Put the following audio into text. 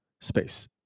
space